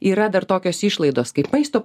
yra dar tokios išlaidos kaip maisto